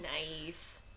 Nice